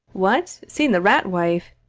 what! seen the rat-wife!